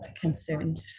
concerned